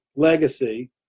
legacy